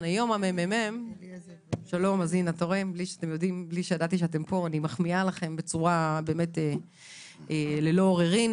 בלי שידעתי שאתם פה, אני מחמיאה לכם ללא עוררין.